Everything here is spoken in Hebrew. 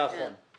נכון.